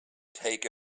take